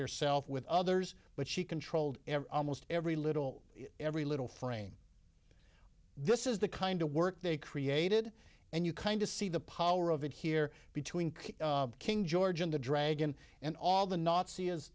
herself with others but she controlled almost every little every little frame this is the kind of work they created and you kind of see the power of it here between king george and the dragon and all the nazi